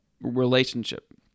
relationship